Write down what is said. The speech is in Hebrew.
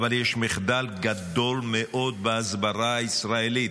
אבל יש מחדל גדול מאוד בהסברה הישראלית,